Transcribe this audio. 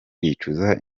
bicuza